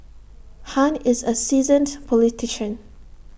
han is A seasoned politician